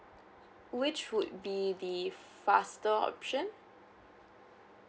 which would be the faster option